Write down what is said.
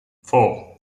four